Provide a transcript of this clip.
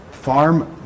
farm